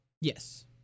yes